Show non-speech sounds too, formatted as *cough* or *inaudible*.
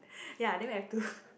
ya then we have to *breath*